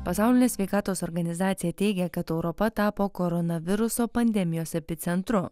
pasaulinė sveikatos organizacija teigė kad europa tapo koronaviruso pandemijos epicentru